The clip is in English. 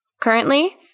Currently